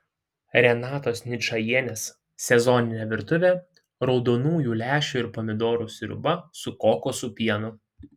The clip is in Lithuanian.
renatos ničajienės sezoninė virtuvė raudonųjų lęšių ir pomidorų sriuba su kokosų pienu